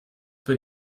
bei